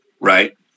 right